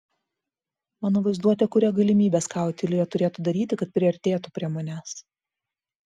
mano vaizduotė kuria galimybes ką otilija turėtų daryti kad priartėtų prie manęs